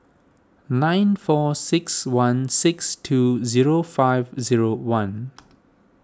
nine four six one six two zero five zero one